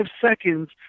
seconds